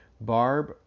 Barb